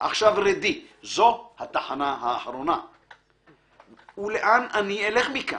עכשיו רדי זו התחנה האחרונה'./ ולאן אני אלך מכאן?